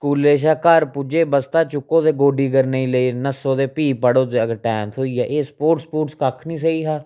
स्कूलें शा घर पुज्जे बस्ता चुक्को ते गोड्डी करने गी लेई नस्सो ते फ्ही पढ़ो अगर टैम थ्होई जा एह् स्पोर्टस स्पूर्टस कक्ख नी सेही हा